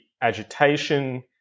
agitation